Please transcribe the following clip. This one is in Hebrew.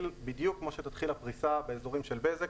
בדיוק כמו שתתחיל הפריסה באזורים של בזק,